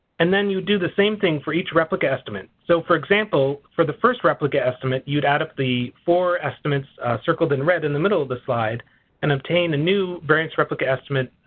and then you do the same thing for each replicate estimate. so for example for the first replicate estimate you'd add up the four estimates circled in red in the middle of the slide and obtain the new variance replicate estimate,